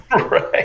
Right